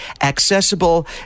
accessible